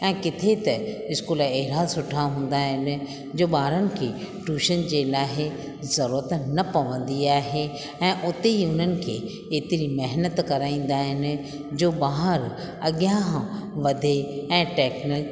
ऐं किथे त स्कूल अहिड़ा सुठा हुंदा आहिन जो ॿारन खे टूशन जे लाइ ज़रूरत न पवंदी आहे ऐं उते ई हिननि खे एतिरी महिनत कराईंदा आहिनि जो ॿार अॻियां वधे ऐं टेक